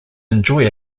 enjoy